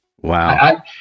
Wow